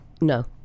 No